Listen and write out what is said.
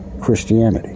Christianity